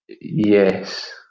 Yes